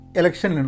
election